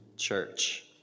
church